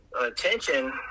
attention